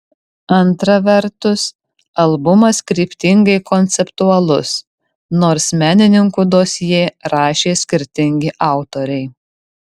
antra vertus albumas kryptingai konceptualus nors menininkų dosjė rašė skirtingi autoriai